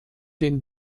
den